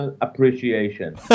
appreciation